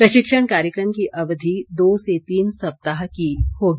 प्रशिक्षण कार्यक्रम की अवधि दो से तीन सप्ताह की होगी